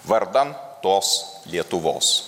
vardan tos lietuvos